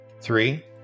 Three